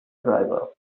driver